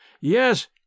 Yes